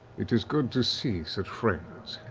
it is good to see such friends,